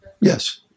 Yes